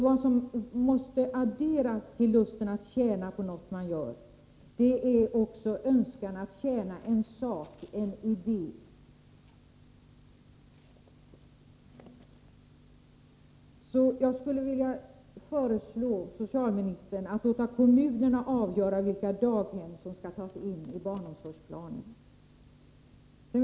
Vad som måste adderas till lusten att tjäna på någonting man gör är önskan att tjäna en sak, en idé. Jag skulle vilja föreslå socialministern att låta kommunerna avgöra vilka daghem som skall tas in i barnomsorgsplanen.